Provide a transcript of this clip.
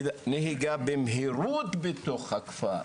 נהיגה במהירות בתוך הכפר,